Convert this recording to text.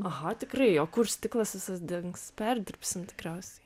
ah atikrai o kur stiklas visas dings perdirbsim tikriausiai